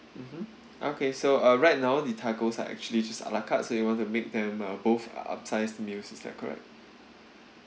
okay so uh right now the tacos are actually just a la carte so you want to make them uh both upsize meals is that correct